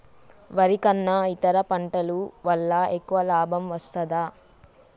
వరి కన్నా ఇతర పంటల వల్ల ఎక్కువ లాభం వస్తదా?